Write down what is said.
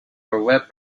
web